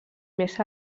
més